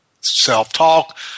self-talk